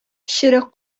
черек